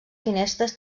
finestres